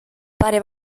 pare